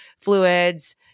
fluids